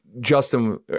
Justin